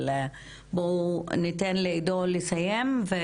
אבל בואו ניתן לעידו לסיים.